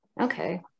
Okay